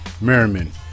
Merriman